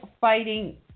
fighting